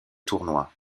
tournoi